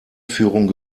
führung